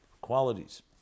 qualities